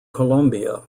colombia